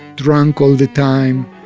drunk all the time.